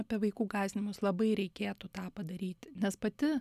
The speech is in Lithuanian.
apie vaikų gąsdinimus labai reikėtų tą padaryti nes pati